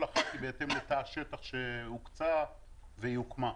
כל אחת היא בהתאם לתא השטח שהוקצה והיא הוקמה.